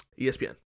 ESPN